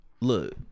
look